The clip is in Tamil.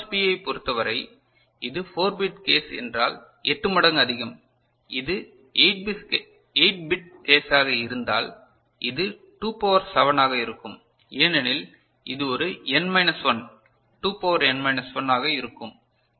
பியைப் பொறுத்தவரை இது 4 பிட் கேஸ் என்றால் 8 மடங்கு அதிகம் அது 8 பிட் கேஸ்ஸாக இருந்தால் இது 2 பவர் 7ஆக இருக்கும் ஏனெனில் இது ஒரு n minus 1 2 power n minus 1 ஆக இருக்கும்